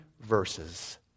verses